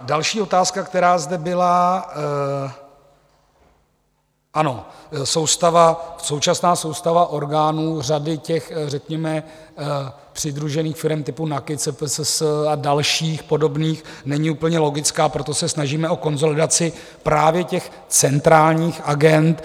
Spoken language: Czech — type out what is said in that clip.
Další otázka, která zde byla ano, současná soustava orgánů řady těch řekněme přidružených firem typu NAKIT, CPSS a dalších podobných, není úplně logická, proto se snažíme o konsolidaci právě těch centrálních agend.